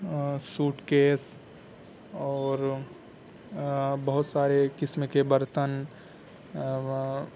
suit case اور بہت سارے قسم کے برتن